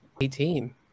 Eighteen